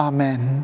Amen